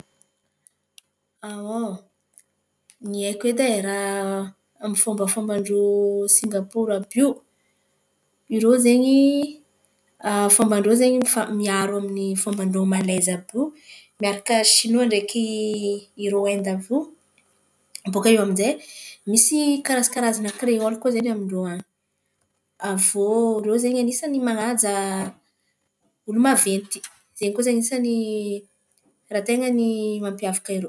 Ny haiko edy e! Raha amy fombafomba ndreo singaporo àby io. Ireo izen̈y fomban-dreo izen̈y miaro amy fomba fomba ndre Malezy iàby io miaraka Sinoa ndreky Haindoa àby io. Boaka eo amizay misy karazaKarazan̈a kreôly koa izen̈y amin-dreo an̈y. Avy eo reo izen̈y anisan'ny manaja olo maventy izen̈y ten̈a anisany raha ten̈a mampiavaka reo.